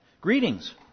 greetings